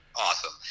awesome